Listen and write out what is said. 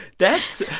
that's